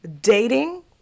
Dating